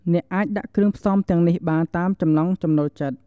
អ្នកអាចដាក់គ្រឿងផ្សំទាំងនេះបានតាមចំណងចំណូលចិត្ត។